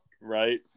Right